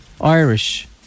Irish